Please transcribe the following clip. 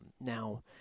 Now